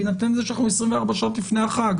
בהינתן שאנחנו 24 שעות לפני החג.